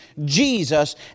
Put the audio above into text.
Jesus